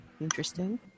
Interesting